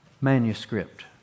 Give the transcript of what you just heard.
manuscript